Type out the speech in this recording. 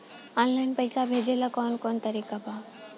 Online पइसा भेजेला कवन कवन तरीका बा?